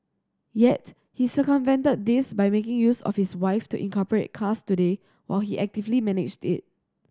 yet he circumvented this by making use of his wife to incorporate Cars Today while he actively managed it